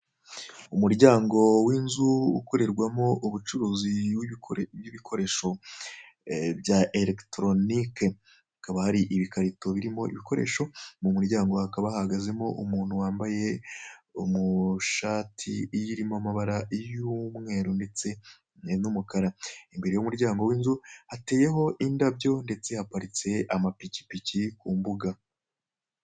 Umuuryango w'inzu ukorerwamo ubucuruzi ibikoresho bya elegitoronike hakaba hari ibikarito birimo ibikoresho mu muryango hakaba hahagazemo umuntu wambaye ishati irimo amabara y'umweru ndetse n'umukara imbere y'umuryango w'inzu hateyeho indabyo ndetse haparitseho amapikipiki ku mbuga.